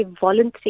voluntary